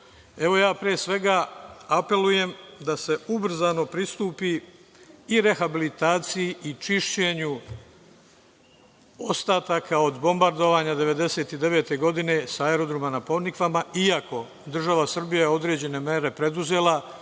dobro. Pre svega, apelujem da se ubrzano pristupi rehabilitaciji i čišćenju ostataka od bombardovanja 1999. godine sa aerodroma na „Ponikvama“, iako država Srbija je određene mere preduzela